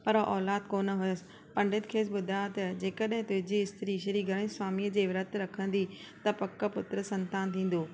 पर औलादु कोन्ह हुयसि पंडित खे ॿुधाया त जेकॾहिं तव्हांजी स्त्री श्री गणेश स्वामी जे विर्तु रखंदी त पकु पुत्र संतान थींदो